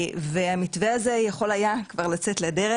והמתווה הזה יכול היה כבר לצאת לדרך,